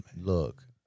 look